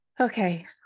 Okay